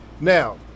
Now